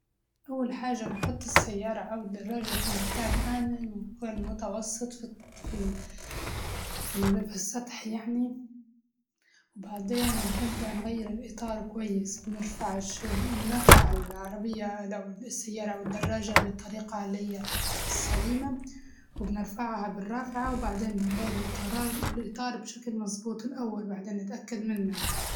أول حاجة بنحط السيارة أو الدراجة في مكان آمن مكان متوسط في ال- في ال- السطح يعني، وبعدين بنبدأ نغير الإطار نرفع الش- بنرفع العربية السيارة أو الدراجة بالطريقة اللي هي السليمة وبنرفعها بالرافعة وبعدين بنغير الإطا- الإطار بشكل مزبوط الأول وبعدين نتأكد منه.